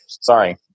sorry